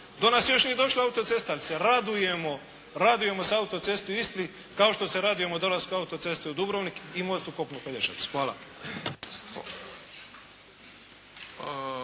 Do nas još nije došla autocesta, ali se radujemo autocesti u Istri kao što se radujemo dolasku autocesti u Dubrovnik i mostu kopno – Pelješac. Hvala.